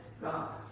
God